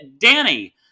Danny